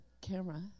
camera